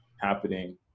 happening